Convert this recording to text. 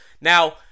Now